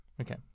Okay